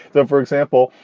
then, for example,